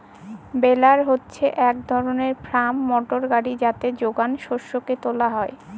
বেলার হচ্ছে এক ধরনের ফার্ম মোটর গাড়ি যাতে যোগান শস্যকে তোলা হয়